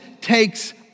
takes